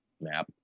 map